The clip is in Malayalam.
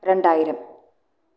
രണ്ടായിരം